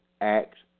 acts